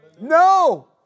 No